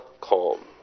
calm